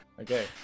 Okay